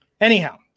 Anyhow